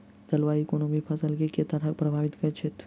जलवायु कोनो भी फसल केँ के तरहे प्रभावित करै छै?